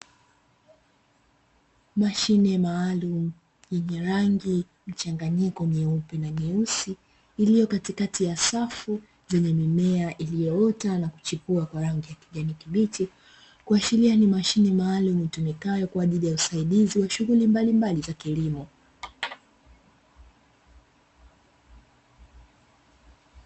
Mashine maalumu yenye rangi mchanganyiko nyeupe na nyeusi iliyo katikati ya safu zenye mimea iliyoota na kuchipua kwa rangi ya kijani kibichi, kuashiria ni mashine maalumu itumikayo kwa ajili ya usaidizi wa shughuli mbalimbali za kilimo.